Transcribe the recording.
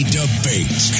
debate